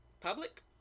public